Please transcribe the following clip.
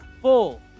full